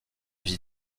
vie